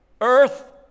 earth